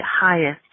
highest